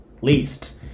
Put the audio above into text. least